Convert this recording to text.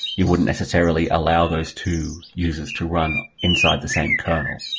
you wouldn't necessarily allow those two users to run inside the same kernel.